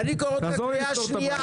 אני לא יכול ככה.